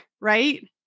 right